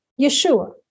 Yeshua